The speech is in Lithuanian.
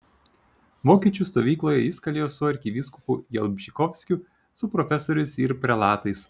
vokiečių stovykloje jis kalėjo su arkivyskupu jalbžykovskiu su profesoriais ir prelatais